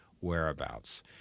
whereabouts